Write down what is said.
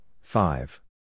five